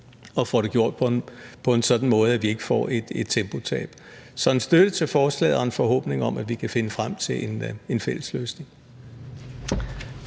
og får det gjort på en sådan måde, at vi ikke får et tempotab. Så en støtte til forslaget og en forhåbning om, at vi kan finde frem til en fælles løsning.